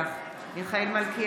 הצבעה כפולה, וחבר הכנסת פטין מולא.